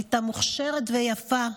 הייתה מוכשרת ויפה,